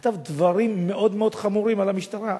כתב דברים מאוד מאוד חמורים על המשטרה.